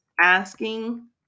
asking